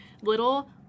little